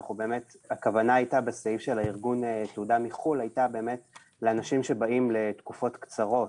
הכוונה בסעיף של ארגון תעודה מחוץ לארץ היתה לאנשים שבאים לתקופות קצרות